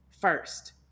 first